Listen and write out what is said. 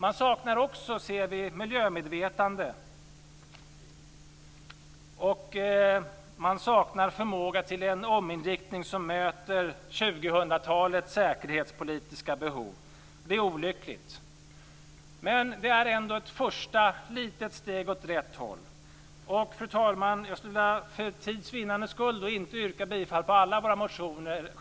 Man saknar också miljömedvetande, och man saknar förmåga till en ominriktning som möter 2000 talets säkerhetspolitiska behov. Det är olyckligt. Men det är ändå ett första litet steg åt rätt håll. Fru talman! Jag skall för tids vinnande inte yrka bifall till alla våra motioner.